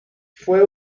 fue